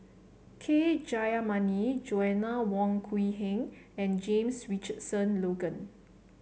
K Jayamani Joanna Wong Quee Heng and James Richardson Logan